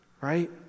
right